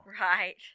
Right